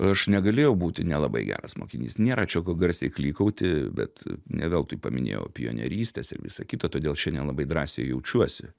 aš negalėjau būti nelabai geras mokinys nėra čia ko garsiai klykauti bet ne veltui paminėjau pionerystes ir visa kita todėl šiandien labai drąsiai jaučiuosi